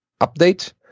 update